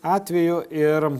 atvejų ir